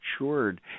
matured